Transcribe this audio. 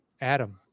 Adam